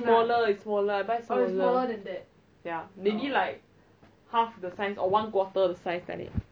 it's smaller it's smaller I buy smaller ya maybe like half the size or one quarter the size like that